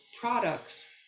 products